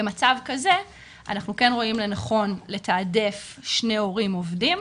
במצב כזה אנחנו כן רואים לנכון לתעדף שני הורים עובדים.